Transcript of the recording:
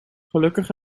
gelukkig